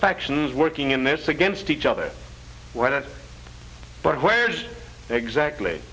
factions working in this against each other when it but where's exactly